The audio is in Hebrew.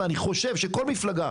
ואני חושב שכל מפלגה,